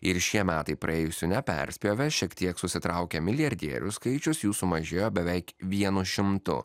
ir šie metai praėjusių neperspjovė šiek tiek susitraukė milijardierių skaičius jų sumažėjo beveik vienu šimtu